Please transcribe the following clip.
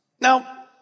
Now